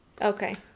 Okay